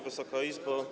Wysoka Izbo!